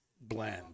blend